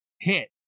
hit